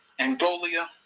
Angolia